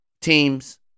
teams